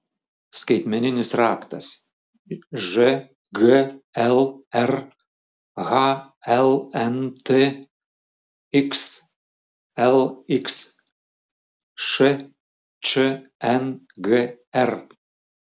skaitmeninis raktas žglr hlnt xlxš čngr